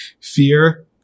fear